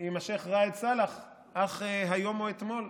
עם השייח' ראאד סלאח אך היום או אתמול,